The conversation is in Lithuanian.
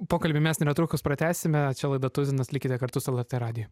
pokalbį mes netrukus pratęsime čia laida tuzinas likite kartu su lrt radiju